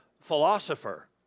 philosopher